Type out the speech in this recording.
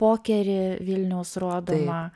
pokery vilniaus rodoma